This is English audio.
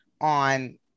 on